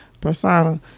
persona